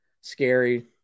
scary